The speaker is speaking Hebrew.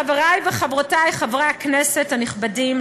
חברי וחברותי חברי הכנסת הנכבדים,